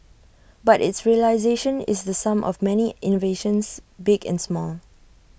but its realisation is the sum of many innovations big and small